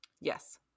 Yes